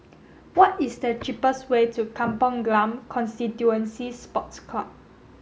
what is the cheapest way to Kampong Glam Constituency Sports Club